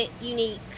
unique